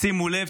שימו לב,